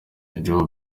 joão